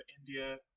India